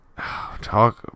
talk